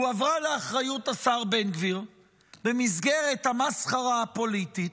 הועברה לאחריות השר בן גביר במסגרת המסחרה הפוליטית,